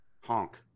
Honk